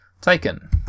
taken